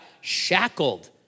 shackled